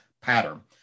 pattern